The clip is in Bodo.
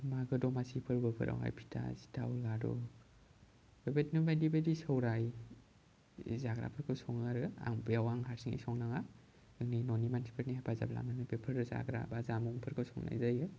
मागो दमासि फोरबो फोरावहाय फिथा सिथाव लारु बेबादिनो बायदि बायदि सौराय जाग्राफोरखौ सङो आरो आं बेयाव आं हारसिङै संनाङा आंनि न'नि मानसिफोरनि हेफाजाब लानानै बेफोर जाग्रा बा जामुंफोरखौ संनाय जायो